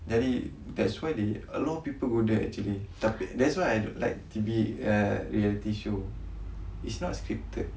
jadi that's why they a lot of people go there actually tapi that's why I like T_V reality show it's not scripted